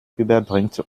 überbringt